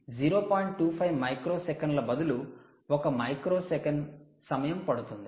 25 మైక్రోసెకన్ల బదులు ఒక మైక్రో సెకను సమయం పడుతుంది